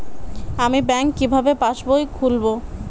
আমি ব্যাঙ্ক কিভাবে পাশবই খুলব?